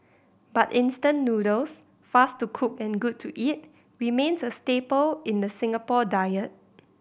but instant noodles fast to cook and good to eat remains a staple in the Singapore diet